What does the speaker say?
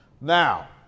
Now